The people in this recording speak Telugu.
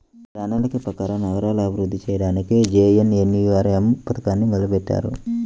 ప్రణాళిక ప్రకారం నగరాలను అభివృద్ధి చెయ్యడానికి జేఎన్ఎన్యూఆర్ఎమ్ పథకాన్ని మొదలుబెట్టారు